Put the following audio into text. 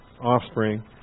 offspring